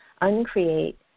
Uncreate